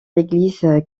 l’église